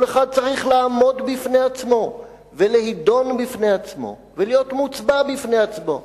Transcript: כל אחד צריך לעמוד בפני עצמו ולהידון בפני עצמו ולהיות מוצבע בפני עצמו.